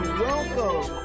welcome